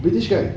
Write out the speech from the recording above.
british guy